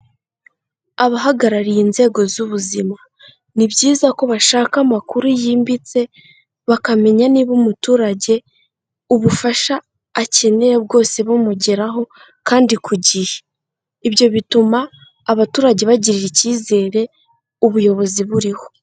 Abahagarariye inzego z'ubuzima, ni byiza ko bashaka amakuru yimbitse bakamenya niba umuturage ubufasha akeneye bwose bumugeraho kandi ku gihe, ibyo bituma abaturage bagirira icyizere ubuyobozi buriho.